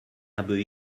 habe